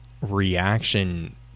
reaction